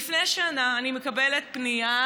לפני שנה אני מקבלת פנייה,